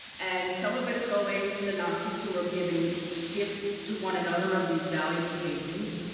and some of it's going to the nazis who are giving gifts to one another of these valuable paintings.